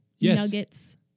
nuggets